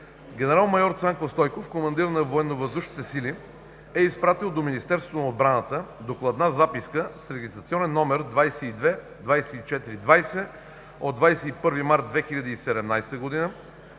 Генерал-майор Цанко Стойков – командир на Военновъздушните сили, е изпратил до Министерството на отбраната докладна записка с регистрационен № 22-24-20 от 21 март 2017 г.,